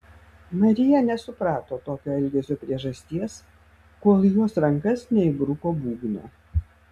marija nesuprato tokio elgesio priežasties kol į jos rankas neįbruko būgno